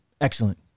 excellent